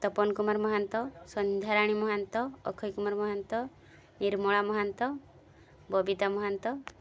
Tapan Kumar Mahanta Sandhyarani Mahanta Akshay Kumar Mahanta Nirmala Mahanta Babita Mahanta